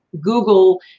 Google